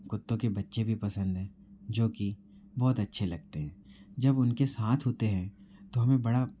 कुत्तो के बच्चे भी पसंद हैं जो कि बहुत अच्छे लगते हैं जब उनके साथ होते हैं तो हमें बड़ा